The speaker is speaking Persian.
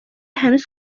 هنوز